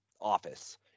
office